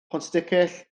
pontsticill